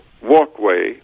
walkway